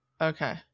Okay